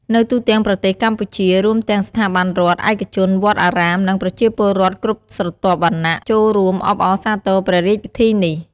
នៅទូទាំងប្រទេសកម្ពុជា រួមទាំងស្ថាប័នរដ្ឋ ឯកជន វត្តអារាម និងប្រជាពលរដ្ឋគ្រប់ស្រទាប់វណ្ណៈ ចូលរួមអបអរសាទរព្រះរាជពិធីនេះ។